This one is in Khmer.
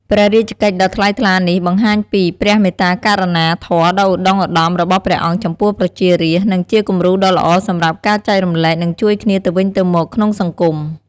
ព្រះរាជកិច្ចដ៏ថ្លៃថ្លានេះបង្ហាញពី ព្រះមេត្តាករុណាធម៌ដ៏ឧត្តុង្គឧត្តម របស់ព្រះអង្គចំពោះប្រជារាស្ត្រ និងជាគំរូដ៏ល្អសម្រាប់ការចែករំលែក និងជួយគ្នាទៅវិញទៅមកក្នុងសង្គម។